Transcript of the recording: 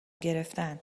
گرفتن